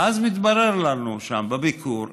ואז מתברר לנו שם בביקור,